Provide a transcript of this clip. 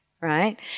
right